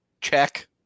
Check